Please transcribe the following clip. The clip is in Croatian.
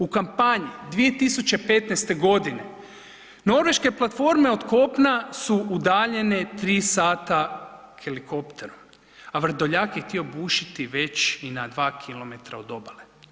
U kampanji 2015. godina Norveške platforme od kopna su udaljenje 3 sata helikoptera, a Vrdoljak je htio bušiti već i na 2 km od obale.